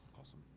Awesome